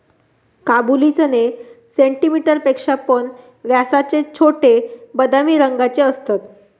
काबुली चणे सेंटीमीटर पेक्षा पण व्यासाचे छोटे, बदामी रंगाचे असतत